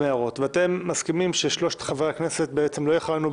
ואתם מסכימים ששלושת חברי הכנסת לא יכהנו,